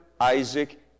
Isaac